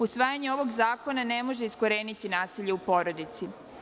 Usvajanje ovog zakona ne može iskoreniti nasilja u porodici.